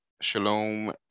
Shalom